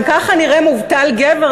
אם ככה נראה מובטל גבר,